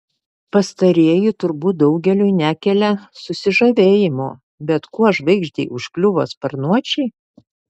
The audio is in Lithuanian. pastarieji turbūt daugeliui nekelia susižavėjimo bet kuo žvaigždei užkliuvo sparnuočiai